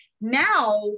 Now